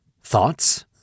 Thoughts